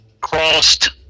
crossed